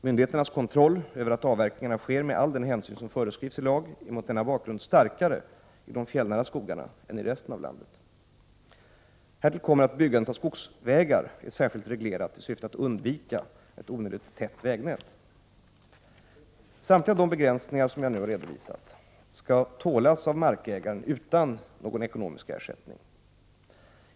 Myndigheternas kontroll över att avverkningarna sker med all den hänsyn som föreskrivs i lag är mot denna bakgrund starkare i de fjällnära skogarna än i resten av landet. Härtill kommer att byggandet av skogsvägar är särskilt reglerat i syfte att undvika ett onödigt tätt vägnät. Samtliga de begränsningar som jag nu har redovisat skall tålas av markägaren utan någon ekonomisk ersättning.